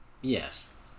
Yes